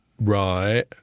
right